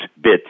bits